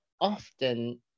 often